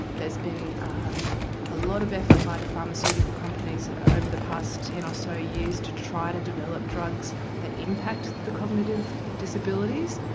there has been um a lot of effort by the pharmaceutical companies over the past ten or so years to try to develop drugs that impact the cognitive disabilities,